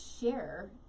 share